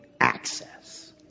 Access